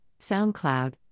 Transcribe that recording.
SoundCloud